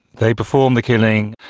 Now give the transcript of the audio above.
they perform the killing,